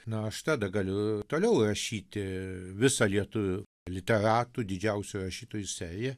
na aš tada galiu toliau rašyti visą lietuv literatų didžiausių rašytojų seriją